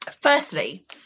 firstly